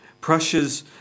prussia's